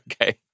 okay